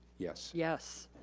yes. yes.